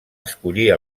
escollir